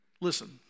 Listen